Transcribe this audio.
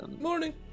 Morning